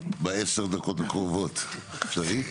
-- בעשר דקות הקרובות, אפשרי?